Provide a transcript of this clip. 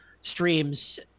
streams